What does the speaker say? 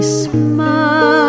smile